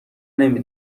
نمی